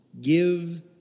Give